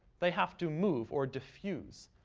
they have to move or diffuse.